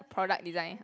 product design